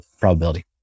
probability